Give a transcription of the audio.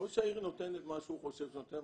ראש העיר נותן את מה שהוא חושב לתת,